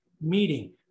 meeting